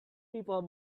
people